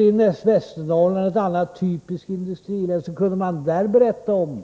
I Västernorr land, ett annat typiskt industrilän, kunde man berätta om